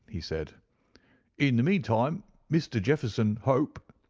he said in the mean time, mr. jefferson hope,